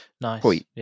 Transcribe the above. Nice